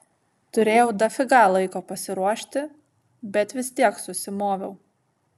turėjau dafiga laiko pasiruošti bet vis tiek susimoviau